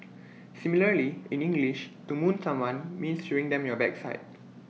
similarly in English to moon someone means showing them your backside